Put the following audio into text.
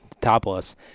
Topless